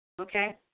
Okay